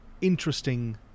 interesting